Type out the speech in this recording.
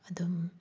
ꯑꯗꯨꯝ